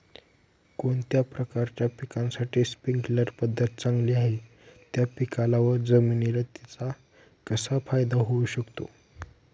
कोणत्या प्रकारच्या पिकासाठी स्प्रिंकल पद्धत चांगली आहे? त्या पिकाला व जमिनीला तिचा कसा फायदा होऊ शकेल?